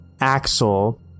axel